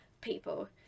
people